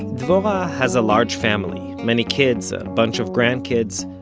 dvorah has a large family many kids, a bunch of grandkids.